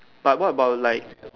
but what about like